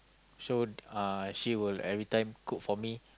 so uh she will everytime cook for me